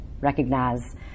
recognize